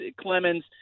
Clemens